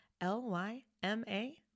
L-Y-M-A